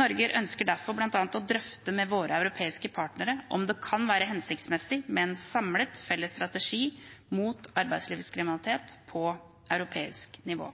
Norge ønsker derfor bl.a. å drøfte med våre europeiske partnere om det kan være hensiktsmessig med en samlet, felles strategi mot arbeidslivskriminalitet på europeisk nivå.